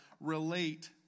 relate